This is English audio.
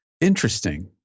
Interesting